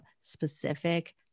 specific